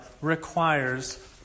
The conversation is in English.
requires